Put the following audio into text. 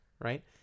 right